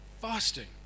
fasting